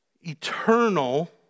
eternal